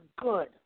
good